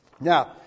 Now